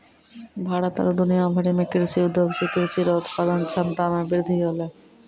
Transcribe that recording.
भारत आरु दुनिया भरि मे कृषि उद्योग से कृषि रो उत्पादन क्षमता मे वृद्धि होलै